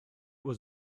was